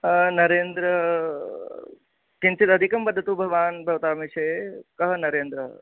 नरेन्द्र किञ्चित् अधिकं वदतु भवान् भवतां विषये कः नरेन्द्रः